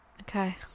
Okay